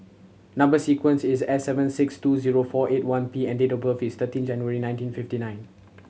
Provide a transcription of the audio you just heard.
number sequence is S seven six two zero four eight one P and date of birth is thirteen January nineteen fifty nine